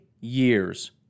years